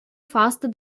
faster